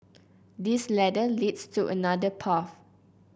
this ladder leads to another path